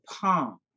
palm